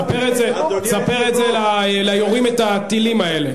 תספר את זה ליורים את הטילים האלה.